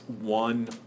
one